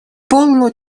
полно